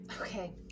Okay